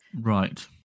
Right